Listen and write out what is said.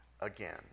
again